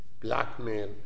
blackmail